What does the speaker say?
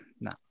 no